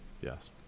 Yes